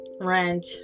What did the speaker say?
Rent